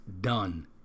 done